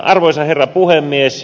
arvoisa herra puhemies